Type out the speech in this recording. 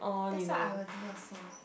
that's what I will do also